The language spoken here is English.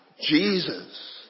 Jesus